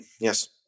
Yes